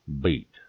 beat